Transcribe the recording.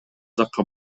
жакка